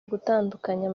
gutandukanya